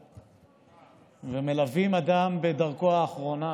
ללוויה ומלווים אדם בדרכו האחרונה